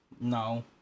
No